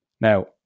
Now